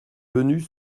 venues